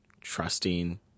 trusting